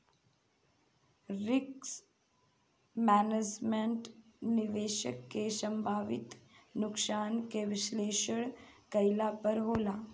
risk management, निवेशक के संभावित नुकसान के विश्लेषण कईला पर होला